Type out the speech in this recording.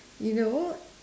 you know